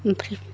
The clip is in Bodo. ओमफ्राय